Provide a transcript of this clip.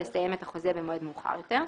לסיים את החוזה במועד מאוחר יותר,